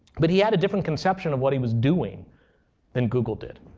but he had a different conception of what he was doing than google did.